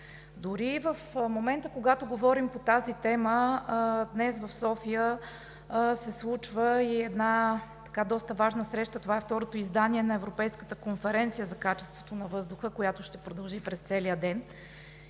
Дори в момента, когато говорим по темата, в София се случва доста важна среща – това е второто издание на Европейската конференция за качеството на въздуха, която ще продължи през целия ден.